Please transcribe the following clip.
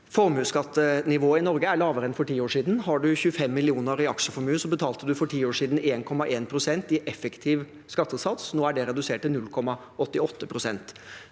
Formuesskattenivået i Norge er lavere enn for ti år siden. Med 25 mill. kr i aksjeformue betalte man for ti år siden 1,1 pst. i effektiv skattesats. Nå er det redusert til 0,88 pst.